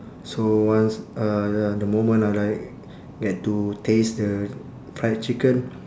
so once uh ya the moment I like get to taste the fried chicken